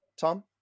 Tom